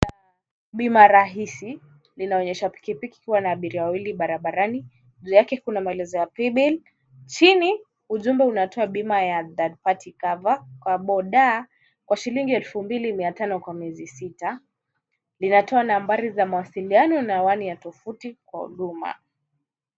Bima rahisi linaonyesha pikipiki ikiwa na abiria wawili barabarani. Juu yake kuna maelezo ya paybill. Chini ujumbe unatoa bima ya third party cover kwa boda, kwa shilingi elfu mbili mia tano kwa miezi sita. Linatoa nambari ya mawasiliano an anwani ya tuvuti kwa huduma.